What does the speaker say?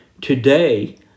today